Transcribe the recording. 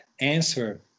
answer